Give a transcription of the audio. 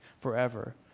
forever